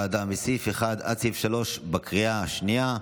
מסעיף 1 עד סעיף 3, כנוסח הוועדה, בקריאה השנייה.